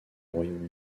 royaume